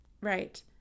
Right